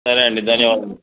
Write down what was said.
సరే అండి ధన్యవాదములు